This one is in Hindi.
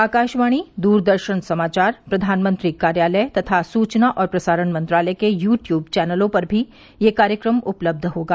आकाशवाणी द्रदर्शन समाचार प्रधानमंत्री कार्यालय तथा सूचना और प्रसारण मंत्रालय के यू ट्यूब चैनलों पर भी यह कार्यक्रम उपलब्ध होगा